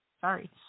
Sorry